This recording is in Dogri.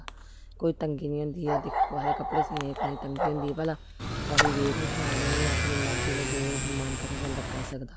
कोई तंगी निं होंदी ऐ दिक्ख कुसै दे कपड़े सीने च कुसेै गी तंगी होंदी भला कुसै दी रेब निं शैल बनी अपनी मर्जी दा जो मन करै बंदा पाई सकदा